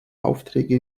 aufträge